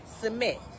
submit